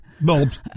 Bulbs